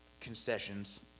concessions